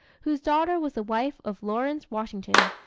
whose daughter was the wife of lawrence washington.